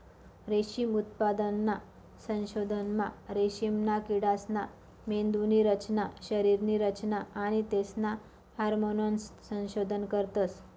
रेशीम उत्पादनना संशोधनमा रेशीमना किडासना मेंदुनी रचना, शरीरनी रचना आणि तेसना हार्मोन्सनं संशोधन करतस